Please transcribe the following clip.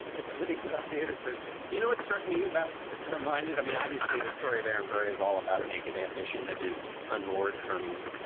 everything's about theater criticism. you know what struck me about reminded i mean, obviously, the story of aaron but is all about naked ambition that is unmoored from,